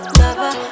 lover